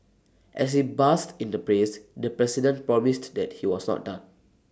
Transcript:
as he basked in the praise the president promised that he was not done